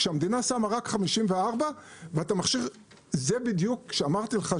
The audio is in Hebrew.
כשהמדינה שמה רק 54. זה בדיוק מה שאמרתי לך,